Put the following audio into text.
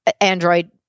Android